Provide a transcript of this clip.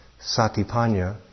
sati-panya